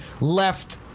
left